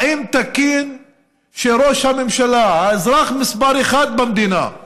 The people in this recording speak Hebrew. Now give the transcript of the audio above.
האם תקין שראש הממשלה, האזרח מספר אחת במדינה,